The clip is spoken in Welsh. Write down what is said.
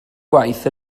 gwaith